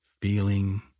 feeling